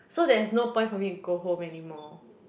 so there is no point for me to go home anymore